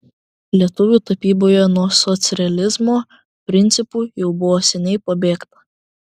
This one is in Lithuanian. lietuvių tapyboje nuo socrealizmo principų jau buvo seniai pabėgta